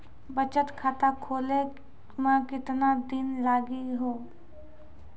बचत खाता खोले मे केतना दिन लागि हो?